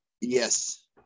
Yes